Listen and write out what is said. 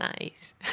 Nice